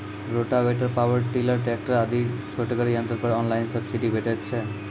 Rotavator, power tiller, tractor आदि छोटगर यंत्र पर ऑनलाइन सब्सिडी भेटैत छै?